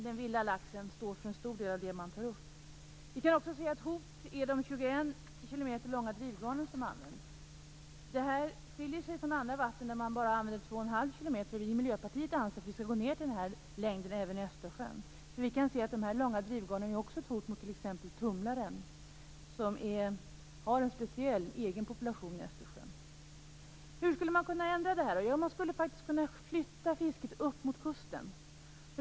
Den vilda laxen utgör en stor del av den fångst som tas upp. Ytterligare ett hot är de 21 km långa drivgarn som används. I andra vatten används bara 2,5 km långa drivgarn. Vi i Miljöpartiet anser att man skall gå ned till den längden även i Östersjön. De långa drivgarnen utgör också ett hot mot t.ex. tumlaren, som har en egen population i Östersjön. Hur kan vi då ändra detta? Vi skulle kunna flytta fisket upp mot kusten.